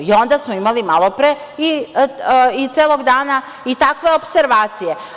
Onda smo imali malopre i celog dana i takve opservacije.